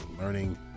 learning